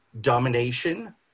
domination